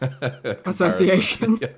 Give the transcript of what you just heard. association